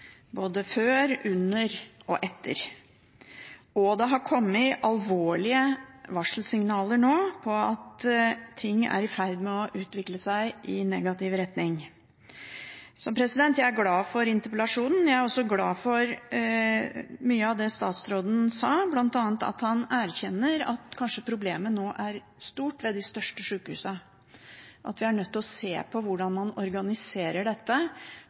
i ferd med å utvikle seg i negativ retning, så jeg er glad for interpellasjonen. Jeg er også glad for mye av det statsråden sa, bl.a. at han erkjenner at problemet nå kanskje er så stort ved de største sykehusene at vi er nødt til å se på hvordan man organiserer dette,